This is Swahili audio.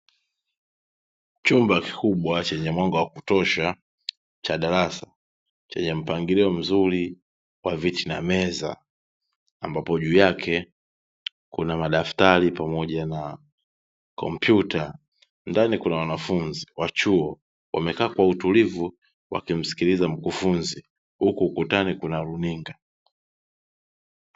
Chumba kikubwa chenye mwanga wa kutosha cha darasa chenye mpangilio mzuri wa viti na meza, ambapo juu yake kuna madaftari pamoja na kompyuta. Ndani kuna wanafunzi wa chuo wamekaa kwa utulivu wakimsikiliza mkufunzi, huku ukutani kuna runinga.